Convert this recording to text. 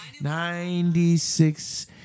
Ninety-six